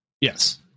Yes